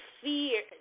fear